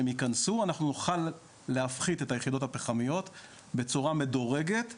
אנחנו נוכל להפחית את היחידות הפחמיות בצורה מדורגת.